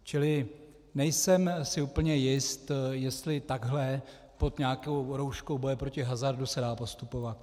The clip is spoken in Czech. Čili nejsem si úplně jist, jestli takhle pod nějakou rouškou boje proti hazardu se dá postupovat.